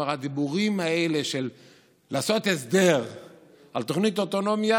הוא אמר: הדיבורים האלה של לעשות הסדר עם תוכנית אוטונומיה,